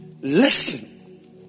listen